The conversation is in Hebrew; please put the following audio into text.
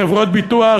חברות ביטוח,